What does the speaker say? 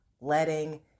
letting